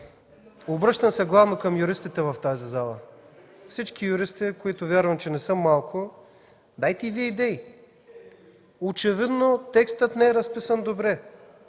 Обръщам се главно към юристите в тази зала. Всички юристи, които вярвам не са малко, дайте идеи! Очевидно текстът не е разписан добре,